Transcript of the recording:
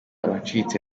wacitse